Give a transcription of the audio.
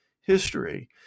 history